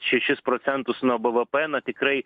šešis procentus nuo bvp na tikrai